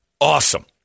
Awesome